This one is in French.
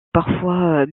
parfois